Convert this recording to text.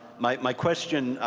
my my question,